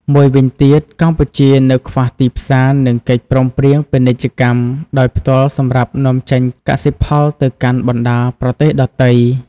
មួយវិញទៀតកម្ពុជានៅខ្វះទីផ្សារ និងកិច្ចព្រមព្រៀងពាណិជ្ជកម្មដោយផ្ទាល់សម្រាប់នាំចេញកសិផលទៅកាន់បណ្តាប្រទេសដទៃ